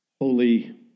holy